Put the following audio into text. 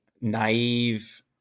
naive